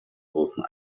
großen